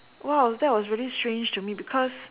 !wow! that was really strange to me because